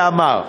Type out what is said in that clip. שאמר: